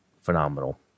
phenomenal